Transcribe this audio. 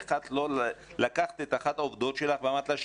איך לא לקחת את אחת העובדות שלך ואמרת לה: